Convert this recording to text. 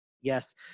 Yes